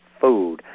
food